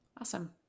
Awesome